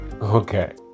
Okay